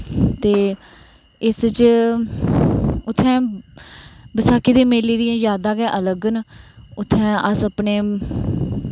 ते इस च उत्थें बसाखी दे मेले दियां जादां गै अलग न उत्थै अस अपने